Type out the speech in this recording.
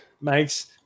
makes